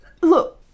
Look